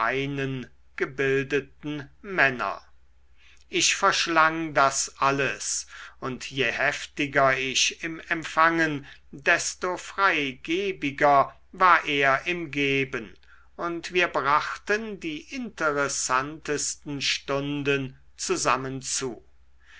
gebildeten männer ich verschlang das alles und je heftiger ich im empfangen desto freigebiger war er im geben und wir brachten die interessantesten stunden zusammen zu